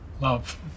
love